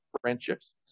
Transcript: Friendships